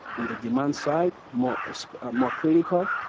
on the demand side, more so ah more critical,